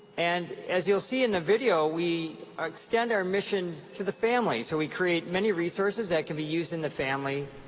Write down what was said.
and as you'll see in the video, we extend our mission to the families who we create many resources that could be used in the family,